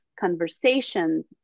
conversations